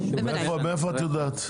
איך אתם יודעת?